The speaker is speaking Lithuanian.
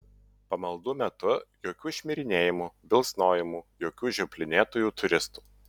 pamaldų metu jokių šmirinėjimų bilsnojimų jokių žioplinėtojų turistų